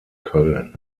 köln